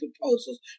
Proposals